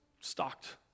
stocked